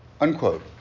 unquote